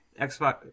Xbox